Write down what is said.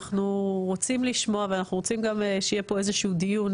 אנחנו שמחים לשמוע ואנחנו רוצים שיהיה איזשהו דיון,